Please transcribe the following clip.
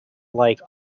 like